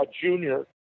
junior